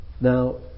Now